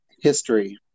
history